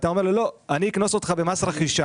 אתה אומר לו: לא, אני אקנוס אותך במס רכישה